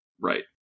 Right